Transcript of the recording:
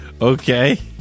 Okay